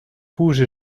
rouges